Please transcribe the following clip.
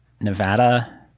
Nevada